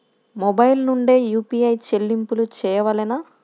Mobile నుండే UPI చెల్లింపులు చేయవలెనా?